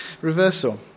reversal